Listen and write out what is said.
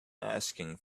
asking